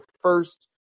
first